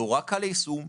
נורא קל ליישום,